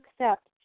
accept